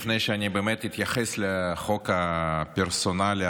לפני שאתייחס לחוק הפרסונלי,